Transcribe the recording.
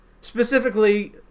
specifically